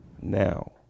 now